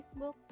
Facebook